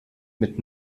mit